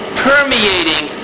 permeating